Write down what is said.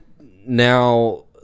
now